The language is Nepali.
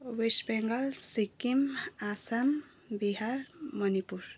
वेस्ट बङ्गाल सिक्किम आसाम बिहार मणिपुर